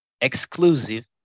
exclusive